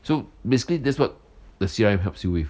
so basically that's what the C_R_M helps you with